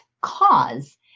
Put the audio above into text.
cause